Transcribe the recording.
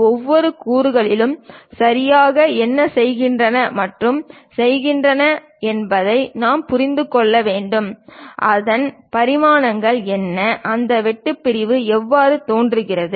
ஒவ்வொரு கூறுகளும் சரியாக என்ன செய்கின்றன மற்றும் செய்கின்றன என்பதை நாம் புரிந்து கொள்ள வேண்டும் அதன் பரிமாணங்கள் என்ன அந்த வெட்டு பிரிவு எவ்வாறு தோன்றுகிறது